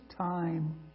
time